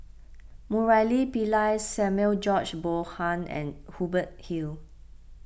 Murali Pillai Samuel George Bonham and Hubert Hill